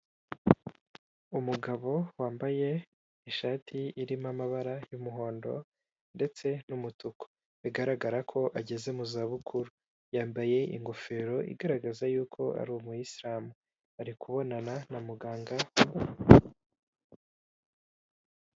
Umugabo wambaye ishati irimo amabara y'umuhondo ndetse n'umutuku, bigaragara ko ageze mu za bukuru, yambaye ingofero igaragaza yuko ari umuyisilamu, ari kubonana na muganga.